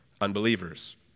unbelievers